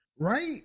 right